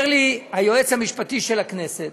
אומר לי היועץ המשפטי של הכנסת: